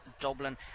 Dublin